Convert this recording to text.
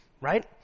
Right